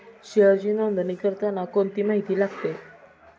शेअरची नोंदणी करताना कोणती माहिती लागते?